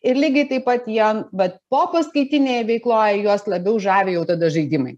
ir lygiai taip pat jie vat popaskaitinėje veikloj juos labiau žavi jau tada žaidimai